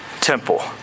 temple